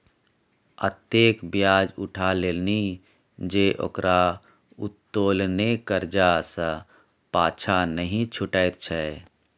एतेक ब्याज उठा लेलनि जे ओकरा उत्तोलने करजा सँ पाँछा नहि छुटैत छै